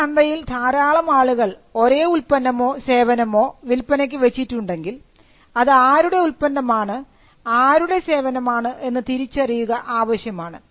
ഒരു ചന്തയിൽ ധാരാളം ആളുകൾ ഒരേ ഉൽപ്പന്നമോ സേവനമോ വിൽപ്പനയ്ക്ക് വെച്ചിട്ടുണ്ടെങ്കിൽ ഇത് ആരുടെ ഉൽപന്നമാണ് ആരുടെ സേവനം ആണ് എന്ന് തിരിച്ചറിയുക ആവശ്യമാണ്